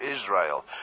Israel